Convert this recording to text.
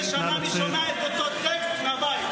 15 שנה אני שומע את אותו טקסט מהבית.